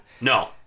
No